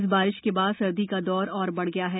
इस बारिश के बाद सर्दी का दौर और बढ़ गया है